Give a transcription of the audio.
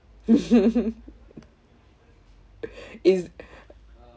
it's